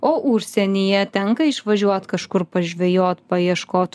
o užsienyje tenka išvažiuot kažkur pažvejot paieškot